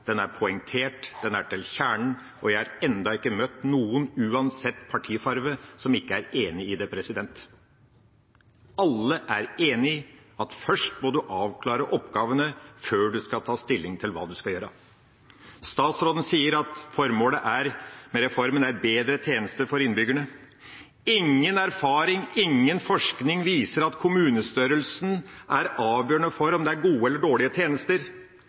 Den er poengtert, den går til kjernen, og jeg har ennå ikke møtt noen – uansett partifarge – som ikke er enig i det. Alle er enig i at man må avklare oppgavene før man tar stilling til hva man skal gjøre. Statsråden sier at formålet med reformen er bedre tjenester for innbyggerne. Ingen erfaring, ingen forskning viser at kommunestørrelsen er avgjørende for om det er gode eller dårlige tjenester.